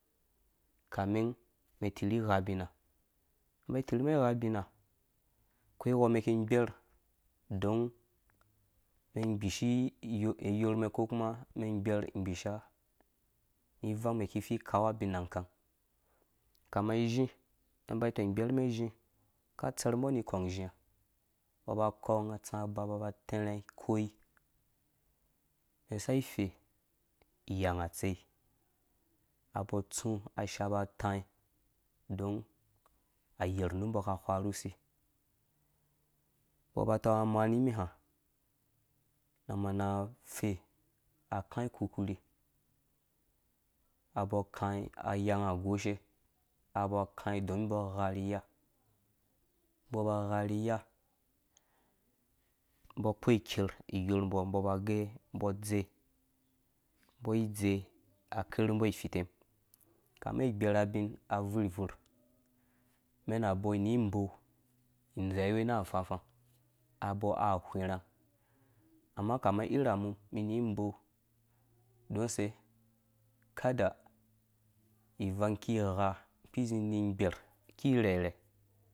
Kame mɛn tirhi gha ubina ba tirhi mɛn gha bima akwai wɔ mɛn ki gbɛr don mɛn gbishi iyɔr mɛn ko kuma mɛn gbɛr igisha ni ivang mɛn vil kau abin na kang kama izhi mɛm ba tɔng gber mɛn izhi ka tser mbɔ ni kɔng izhi mbɔ ba kɔng tsa ba ba ba tɛrɛ gɛ koi mɛn sai fe iyang atsei mbɔ tsũ ashapa atãi don a yernum mbɔ ka wha nu usi mbɔ ba tɔng amaa nimi ha na mana fe na kai kulikuli abɔɔ kaĩ ayanga goshe abɔɔ kaĩ on mbɔ gha rhi iya mboɨ kpɔ ker iyorh mbɔ ba ge mbɔ dze mbɔ ai dze a ker mbɔ ifitem kame igbɛr abinabuurbvur mɛn abɔɔ ni boo idzeiwe nga afafa abɔɔ awhii rang amma kama irha mum mini mbɔ don use kada ivang ki gha kpizi ni gbɛr ki rheirhɛ.